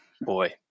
boy